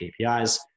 KPIs